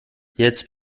jetzt